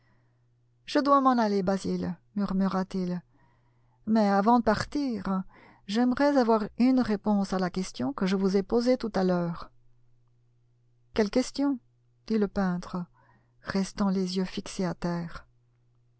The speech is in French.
je dois m'en aller basil murmura-t-il mais avant de partir j'aimerais avoir une réponse à la question que je vous ai posée tout à l'heure quelle question dit le peintre restant les yeux fixés à terre